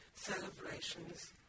celebrations